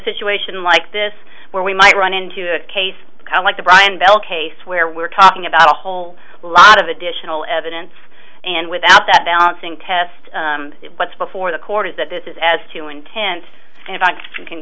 situation like this where we might run into a case like the brian bell case where we're talking about a whole lot of additional evidence and without that balancing test it was before the court is that this is as to intent and i can